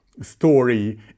story